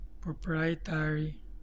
proprietary